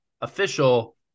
official